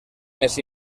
més